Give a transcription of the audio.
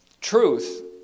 truth